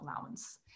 allowance